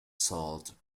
salt